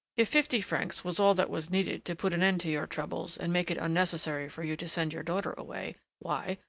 if fifty francs was all that was needed to put an end to your troubles and make it unnecessary for you to send your daughter away, why,